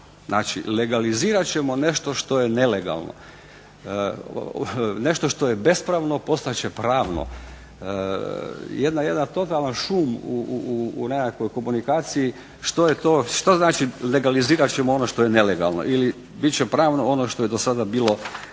Znači, legalizirat ćemo nešto što je nelegalno. Nešto što je bespravno postat će pravno. Jedan totalan šum u nekakvoj komunikaciji što je to, što znači legalizirat ćemo ono što je nelegalno ili bit će pravno ono što je do sada bilo bespravno.